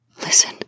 Listen